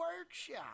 Workshop